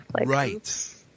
Right